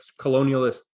colonialist